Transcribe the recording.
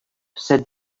said